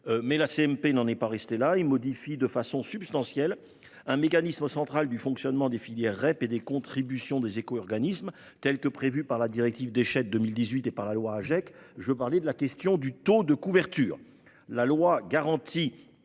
paritaire n'en est pas restée là. Elle modifie de façon substantielle un mécanisme central du fonctionnement des filières REP et des contributions des éco-organismes tels qu'ils sont prévus par la directive déchets de 2018 et par la loi Agec, à savoir la question du taux de couverture. La loi garantit